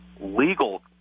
legal